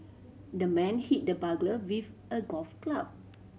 the man hit the burglar with a golf club